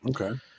okay